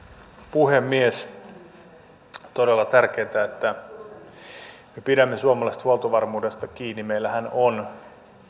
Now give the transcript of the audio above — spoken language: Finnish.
puhemies on todella tärkeätä että me pidämme suomalaisesta huoltovarmuudesta kiinni meillähän on